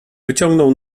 wyciągnął